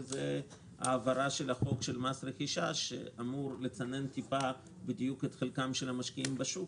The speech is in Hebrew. והוא העברת חוק מס רכישה שאמור לצנן טיפה את חלקם של המשקיעים בשוק.